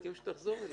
מחכים שתחזור אלינו.